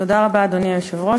אדוני היושב-ראש,